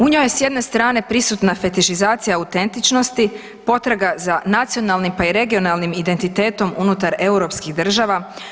U njoj je s jedne strane prisutna fetišizacija autentičnosti, potraga za nacionalnim pa i regionalnim identitetom unutar europskih država.